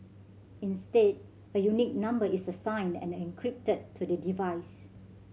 instead a unique number is assigned and encrypted to the device